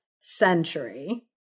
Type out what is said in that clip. century